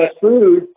food